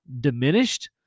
diminished